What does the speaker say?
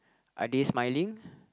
are they smiling